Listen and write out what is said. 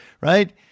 right